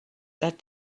that